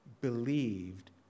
believed